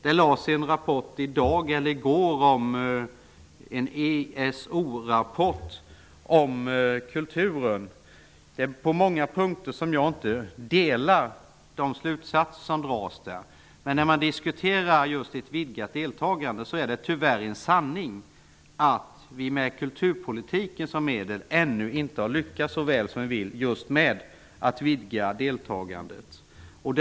Det framlades i går en ESO rapport om kulturen. På många punkter delar jag inte de slutsatser som dras i rapporten. Tyvärr är det en sanning att vi med kulturpolitiken som medel ännu inte har lyckats vidga deltagandet i den utsträckning vi skulle vilja.